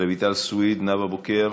רויטל סויד, נאוה בוקר,